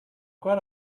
crowd